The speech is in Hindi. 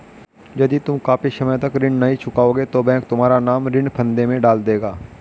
यदि तुम काफी समय तक ऋण नहीं चुकाओगे तो बैंक तुम्हारा नाम ऋण फंदे में डाल देगा